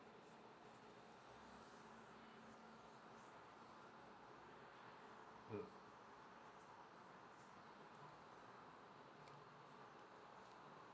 mm